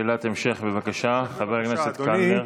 שאלת המשך, בבקשה, חבר הכנסת קלנר.